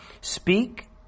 Speak